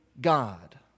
God